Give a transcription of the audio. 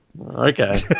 Okay